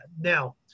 Now